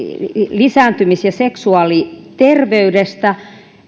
lisääntymis ja seksuaaliterveydestä